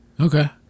Okay